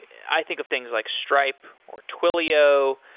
i think of things like stripe, or twilio,